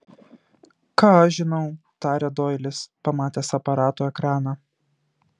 ką aš žinau tarė doilis pamatęs aparato ekraną